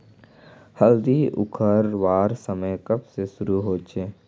हल्दी उखरवार समय कब से शुरू होचए?